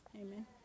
Amen